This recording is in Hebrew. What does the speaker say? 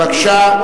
בבקשה.